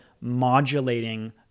modulating